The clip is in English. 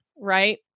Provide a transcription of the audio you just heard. right